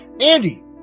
andy